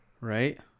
Right